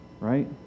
right